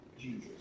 Jesus